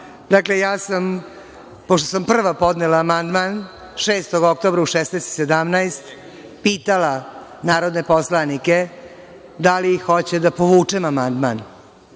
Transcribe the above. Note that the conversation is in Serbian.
Dakle, pošto sam prva podnela amandman 6. oktobra u 16.17 časova, pitala narodne poslanike da li hoće da povučem amandman,